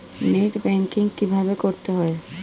Net banking কীভাবে করতে হয়?